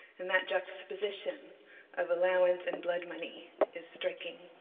and that juxtaposition of allowance and blood money is striking.